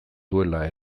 duela